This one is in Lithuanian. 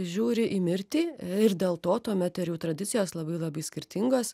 žiūri į mirtį ir dėl to tuomet ir jau tradicijos labai labai skirtingos